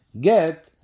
Get